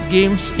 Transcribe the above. Games